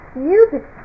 music